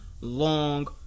long